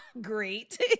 Great